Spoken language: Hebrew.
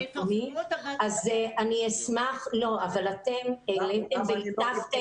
אם הנתונים קיימים, אני אפנה אישית